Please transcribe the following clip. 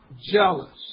Jealous